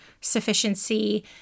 sufficiency